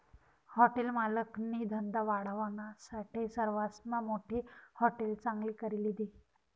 hotel मालकनी धंदा वाढावानासाठे सरवासमा मोठी हाटेल चांगली करी लिधी